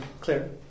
Clear